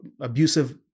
abusive